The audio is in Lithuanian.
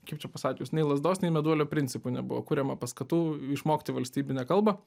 kaip čia pasakius nei lazdos nei meduolio principu nebuvo kuriama paskatų išmokti valstybinę kalbą